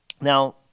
Now